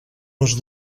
les